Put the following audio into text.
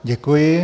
Děkuji.